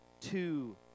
two